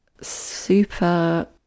super